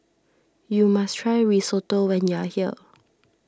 you must try Risotto when you are here